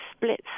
splits